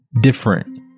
different